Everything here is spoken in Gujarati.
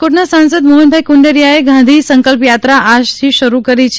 રાજકોટના સાંસદ મોહનભાઇ કુંડારીયાએ ગાંધી સંકલ્પ યાત્રા આજથી શરૂ કરી છે